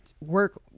work